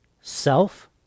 self